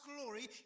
glory